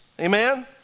amen